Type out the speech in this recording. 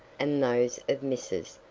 and those of misses,